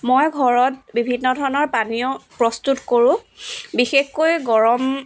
মই ঘৰত বিভিন্ন ধৰণৰ পানীয় প্ৰস্তুত কৰোঁ বিশেষকৈ গৰম